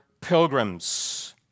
pilgrims